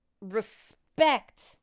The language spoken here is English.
respect